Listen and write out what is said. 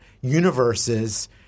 universes